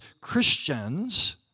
Christians